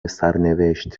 سرنوشت